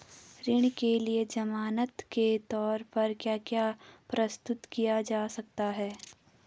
ऋण के लिए ज़मानात के तोर पर क्या क्या प्रस्तुत किया जा सकता है?